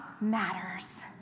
matters